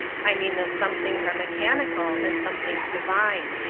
i mean that some things are mechanical and some things divine.